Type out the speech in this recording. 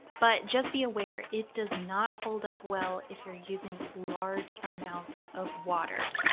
but just be aware, it does not hold up well if you're using large amounts of water,